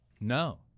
no